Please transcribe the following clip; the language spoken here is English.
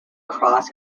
cross